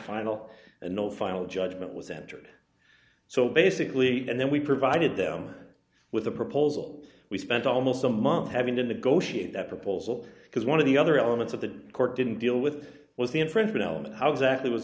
final and no final judgment was entered so basically and then we provided them with a proposal we spent almost a month having to negotiate that proposal because one of the other elements of the court didn't deal with was the infringement element how exactly was